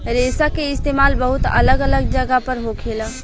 रेशा के इस्तेमाल बहुत अलग अलग जगह पर होखेला